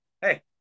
Hey